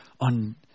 on